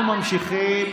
אנחנו ממשיכים